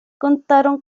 contaron